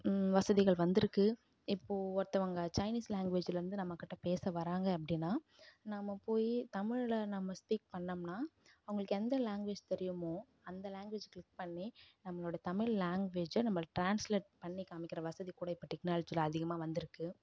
வசதிகள் வந்திருக்கு இப்போது ஒருத்தவங்க சைனிஸ் லாங்குவேஜ்ஜில் வந்து நம்ம கிட்டே பேச வராங்க அப்படினா நம்ம போய் தமிழில் நம்ம ஸ்பீக் பண்ணிணோம்னா அவங்களுக்கு எந்த லாங்குவேஜ் தெரியுமோ அந்த லாங்வேஜ் க்ளிக் பண்ணி நம்மளோட தமிழ் லாங்வேஜை நம்ம டிரான்ஸ்லேட் பண்ணி காமிக்கிற வசதி கூட இப்போ டெக்னாலஜியில் அதிகமாக வந்திருக்கு